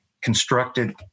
constructed